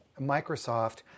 Microsoft